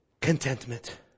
contentment